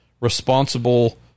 responsible